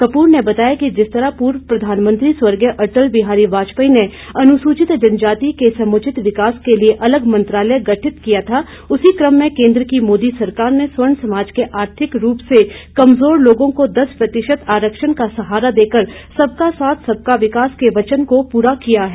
कपूर ने बताया कि जिस तरह पूर्व प्रधानमंत्री स्वर्गीय अटल बिहारी वाजपेयी ने अनुसूचित जनजाति के समूचित विकास के लिए अलग मंत्रालय गठित किया था उसी कम में केन्द्र की मोदी सरकार ने स्वर्ण समाज के आर्थिक रूप से कमजोर लोगों को दस प्रतिशत आरक्षण का सहारा देकर सबका साथ सबका विकास के वचन को पूरा किया है